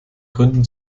gründen